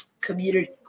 community